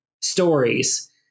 stories